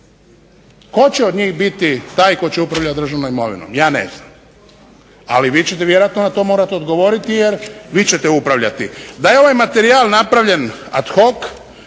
Tko će od njih biti taj tko će upravljati državnom imovinom ja ne znam, ali vi ćete vjerojatno na to morati odgovoriti jer vi ćete upravljati. Da je ovaj materijal napravljen ad hoc,